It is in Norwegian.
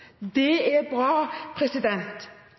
det er bra